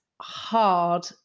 hard